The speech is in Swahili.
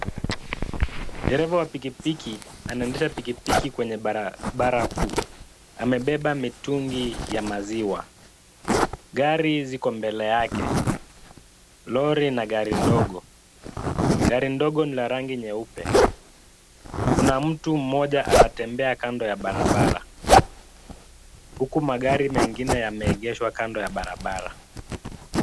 Dereva wa pikipiki anaendesha pikipiki kwenye barabara kuu, amebeba mitungi ya maziwa. Gari ziko mbele yake; lori na gari ndogo, gari ndogo ni la rangi nyeupe, kuna mtu mmoja anatembea kando ya barabara, huku magari mengine yameegeshwa kando ya barabara.